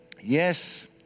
yes